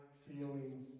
Feelings